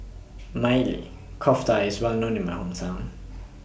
Maili Kofta IS Well known in My Hometown